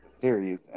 series